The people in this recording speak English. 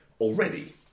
already